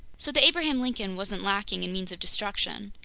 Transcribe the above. so the abraham lincoln wasn't lacking in means of destruction.